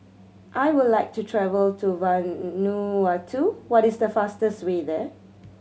I would like to travel to Vanuatu what is the fastest way there